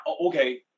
okay